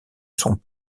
sont